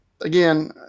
again